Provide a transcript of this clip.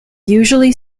usually